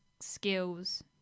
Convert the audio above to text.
skills